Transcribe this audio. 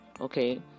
Okay